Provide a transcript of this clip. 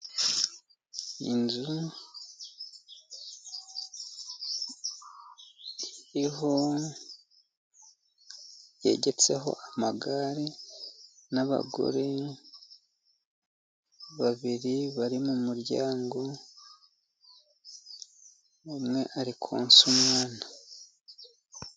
Inzu yegetseho amagare n'abagore babiri bari mu muryango umwe ari konsa umwana.